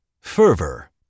fervor